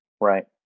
Right